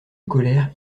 colère